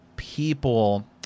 people